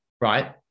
right